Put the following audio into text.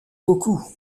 beaucoup